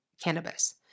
cannabis